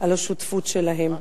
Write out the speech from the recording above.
על השותפות שלהם.